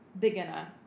beginner